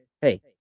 hey